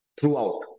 Throughout